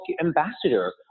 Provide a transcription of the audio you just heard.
ambassador